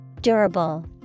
Durable